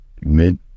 mid